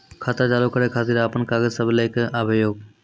खाता चालू करै खातिर आपन कागज सब लै कऽ आबयोक?